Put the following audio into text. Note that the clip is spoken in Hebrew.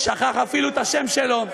שכח אפילו את השם שלו,